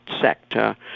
sector